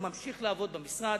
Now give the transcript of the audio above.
הוא ממשיך לעבוד במשרד,